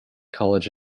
college